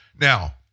Now